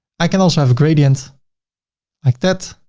i can also have a gradient like that.